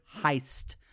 heist